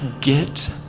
Get